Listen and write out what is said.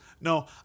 No